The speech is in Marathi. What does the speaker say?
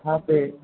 हां ते